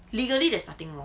legally there's nothing wrong